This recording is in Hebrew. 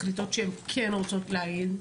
כמה באחוזים מחליטות שהן כן רוצות להעיד?